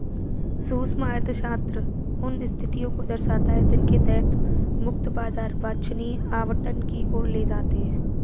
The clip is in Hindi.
सूक्ष्म अर्थशास्त्र उन स्थितियों को दर्शाता है जिनके तहत मुक्त बाजार वांछनीय आवंटन की ओर ले जाते हैं